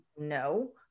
No